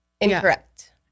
Incorrect